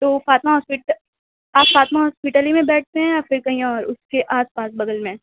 تو فاطمہ ہاسپٹل آپ فاطمہ ہاسپٹل ہی میں بیٹھتے ہیں یا پھر کہیں اور اُس کے آس پاس بغل میں